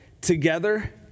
together